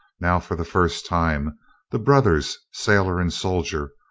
now for the first time the brothers, sailor and soldier,